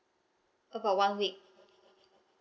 about one week